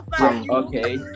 Okay